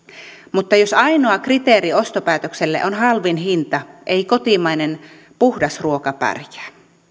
mutta jos ainoa kriteeri ostopäätökselle on halvin hinta ei kotimainen puhdas ruoka pärjää